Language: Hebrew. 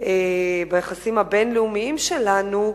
ביחסים הבין-לאומיים שלנו,